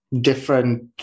different